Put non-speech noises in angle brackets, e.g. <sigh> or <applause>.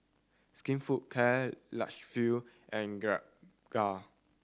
Skinfood Karl Lagerfeld and Gilera <unintelligible>